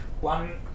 One